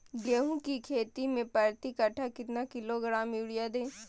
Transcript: गेंहू की खेती में प्रति कट्ठा कितना किलोग्राम युरिया दे?